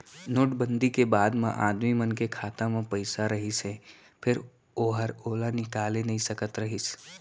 note बंदी के बाद म आदमी मन के खाता म पइसा रहिस हे फेर ओहर ओला निकाले नइ सकत रहिस